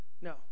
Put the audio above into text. No